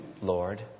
Lord